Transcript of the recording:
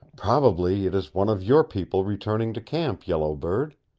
probably it is one of your people returning to camp, yellow bird.